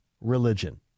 religion